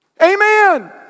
Amen